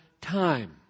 time